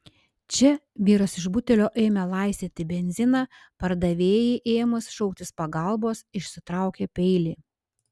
čia vyras iš butelio ėmė laistyti benziną pardavėjai ėmus šauktis pagalbos išsitraukė peilį